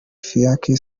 fiacre